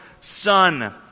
Son